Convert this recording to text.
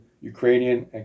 Ukrainian